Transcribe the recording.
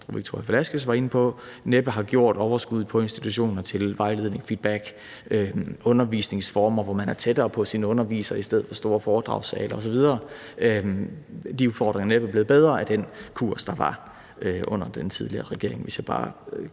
fru Victoria Velasquez var inde på, næppe har givet overskud på institutionerne til vejledning og feedback og til undervisningsformer, hvor man er tættere på sine undervisere, i stedet for store foredragssale osv.; de udfordringer er næppe blevet bedre af den kurs, der var under den tidligere regering,